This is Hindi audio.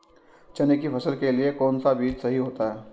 चने की फसल के लिए कौनसा बीज सही होता है?